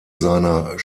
seiner